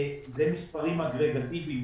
אלה מספרים אגרגטיביים,